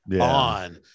on